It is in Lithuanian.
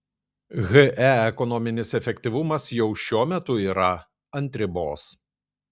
he ekonominis efektyvumas jau šiuo metu yra ant ribos